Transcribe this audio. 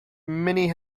many